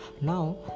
now